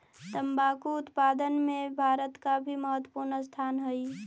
तंबाकू उत्पादन में भारत का भी महत्वपूर्ण स्थान हई